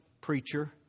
preacher